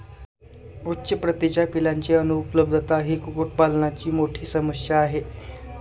उच्च प्रतीच्या पिलांची अनुपलब्धता ही कुक्कुटपालनाची मोठी समस्या आहे